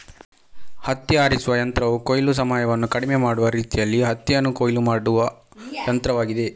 ಹತ್ತಿ ಆರಿಸುವ ಯಂತ್ರವು ಕೊಯ್ಲು ಸಮಯವನ್ನು ಕಡಿಮೆ ಮಾಡುವ ರೀತಿಯಲ್ಲಿ ಹತ್ತಿಯನ್ನು ಕೊಯ್ಲು ಮಾಡುವ ಯಂತ್ರವಾಗಿದೆ